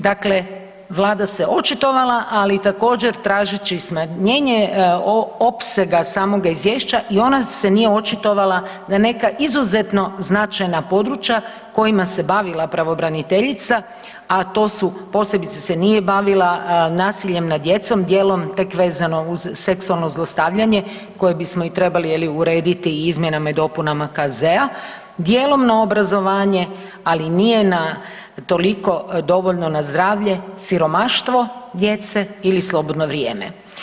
Dakle, Vlada se očitovala, ali također, tražeći smanjenje opsega samoga Izvješća i ona se nije očitovala na neka izuzetno značajna područja kojima se bavila pravobraniteljica, a to su, posebice se nije bavila nasiljem nad djecom, dijelom tek vezano uz seksualno zlostavljanje, koje bismo i trebali je li, urediti i izmjenama i dopunama KZ-a, dijelom na obrazovanje, ali nije na toliko dovoljno na zdravlje, siromaštvo djece ili slobodno vrijeme.